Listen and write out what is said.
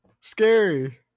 Scary